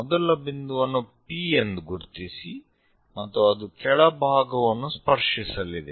ಮೊದಲ ಬಿಂದುವನ್ನು P ಎಂದು ಗುರುತಿಸಿ ಮತ್ತು ಅದು ಕೆಳಭಾಗವನ್ನು ಸ್ಪರ್ಶಿಸಲಿದೆ